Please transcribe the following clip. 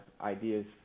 ideas